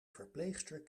verpleegster